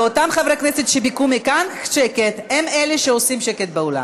ואותם חברי כנסת שביקשו מכאן שקט הם שעושים רעש באולם.